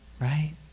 right